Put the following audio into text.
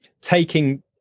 taking